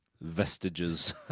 vestiges